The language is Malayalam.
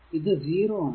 ഇത് 0 ആണ്